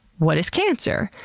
what is cancer?